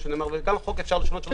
גם חוק אפשר לשנות.